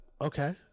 okay